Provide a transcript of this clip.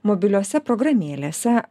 mobiliose programėlėse